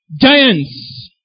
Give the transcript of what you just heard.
Giants